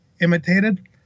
imitated